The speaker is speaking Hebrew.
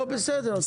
גורמי המקצוע.